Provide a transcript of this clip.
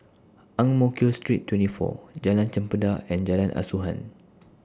Ang Mo Kio Street twenty four Jalan Chempedak and Jalan Asuhan